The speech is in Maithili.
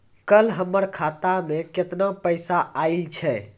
कल हमर खाता मैं केतना पैसा आइल छै?